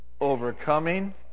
Overcoming